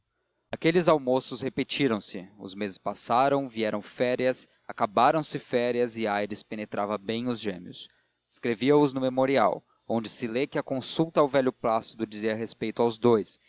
aqueles almoços repetiram se os meses passaram vieram férias acabaram-se férias e aires penetrava bem os gêmeos escrevia os no memorial onde se lê que a consulta ao velho plácido dizia respeito aos dous